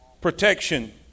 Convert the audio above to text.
Protection